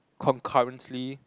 concurrently